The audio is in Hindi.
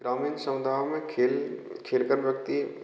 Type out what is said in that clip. ग्रामीण समुदायों में खेल खेल कर व्यक्ति